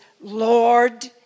Lord